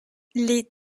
les